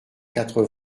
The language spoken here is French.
quatre